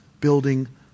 building